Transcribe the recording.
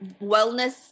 wellness